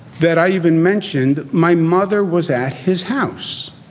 that i even mentioned. my mother was at his house